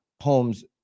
homes